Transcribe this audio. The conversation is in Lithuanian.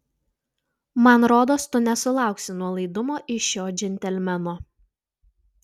man rodos tu nesulauksi nuolaidumo iš šio džentelmeno